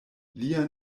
lia